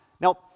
Now